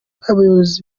abayobozi